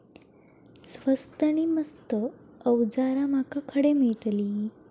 स्वस्त नी मस्त अवजारा माका खडे मिळतीत?